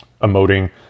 emoting